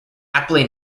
aptly